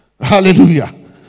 Hallelujah